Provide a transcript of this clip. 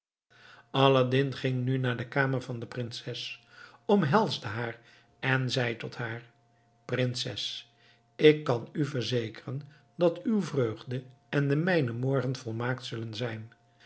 aladdin ging nu naar de kamer van de prinses omhelsde haar en zei tot haar prinses ik kan u verzekeren dat uw vreugde en de mijne morgen volmaakt zullen zijn